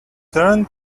turned